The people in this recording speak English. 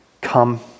Come